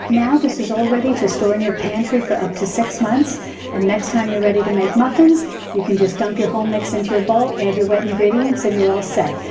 now this is all ready to store in your pantry for up to six months and next time you're ready to make muffins you can just dump your home mix into your bowl, add your wet ingredients, and you're all set.